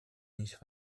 nicht